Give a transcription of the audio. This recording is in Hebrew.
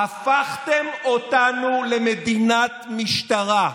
הפכתם אותנו למדינת משטרה.